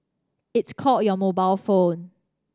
it's called your mobile phone